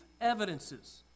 evidences